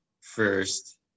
first